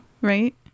right